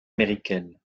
américaine